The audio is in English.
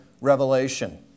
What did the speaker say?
revelation